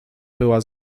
była